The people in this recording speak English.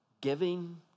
giving